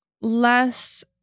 less